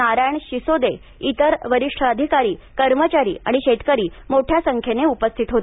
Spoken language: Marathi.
नारायण शिसोदे इतर वरिष्ठ अधिकारी कर्मचारी आणि शेतकरी मोठ्या संख्येनम उपस्थित होते